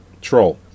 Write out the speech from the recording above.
Troll